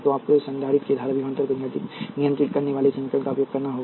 तो आपको संधारित्र के धारा विभवांतर को नियंत्रित करने वाले समीकरण का उपयोग करना होगा